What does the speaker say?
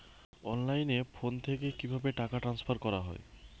অনলাইনে ফোন থেকে কিভাবে টাকা ট্রান্সফার করা হয়?